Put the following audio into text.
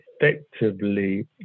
effectively